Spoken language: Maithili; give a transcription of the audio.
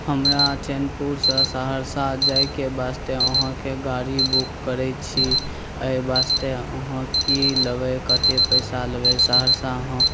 हमरा चैनपुरसँ सहरसा जाइके वास्ते अहाँके गाड़ी बुक करै छी एहि वास्ते अहाँ की लेबै कतेक पइसा लेबै सहरसा अहाँ